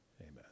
amen